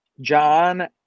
John